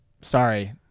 Sorry